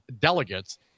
delegates